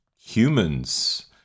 humans